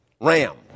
RAM